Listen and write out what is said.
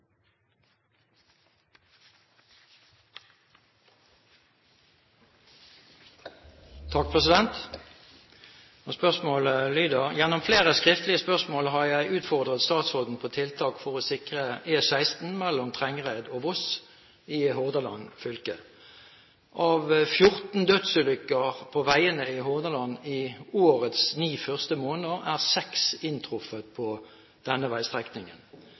har jeg utfordret statsråden på tiltak for å sikre E16 mellom Trengereid og Voss i Hordaland fylke. Av 14 dødsulykker på veiene i Hordaland i årets ni første måneder, er seks inntruffet på denne veistrekningen.